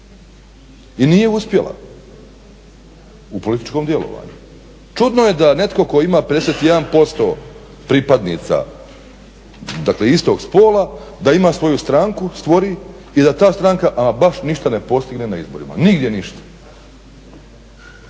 i nije uspjela u političkom djelovanju. Čudno je da netko tko ima 51% pripadnica istog spola da ima svoju stranku stvori da ta stranka ama baš ništa ne postigne na izborima, nigdje ništa.